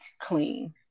clean